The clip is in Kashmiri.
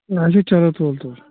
اچھا چلو تُل تُل